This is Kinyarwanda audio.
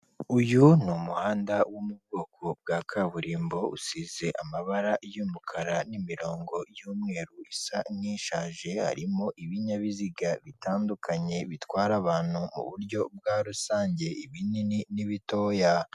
Uyu ni umuhanda wo mu bwoko bwa kaburimbo, usize amabara y'umukara n'imirongo y'umweru isa n'ishaje, harimo ibinyabiziga bitandukanye bitwara abantu mu uburyo bwa rusange, ibinini n'ibitoya.